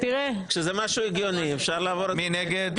9. מי נגד?